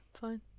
fine